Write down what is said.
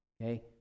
Okay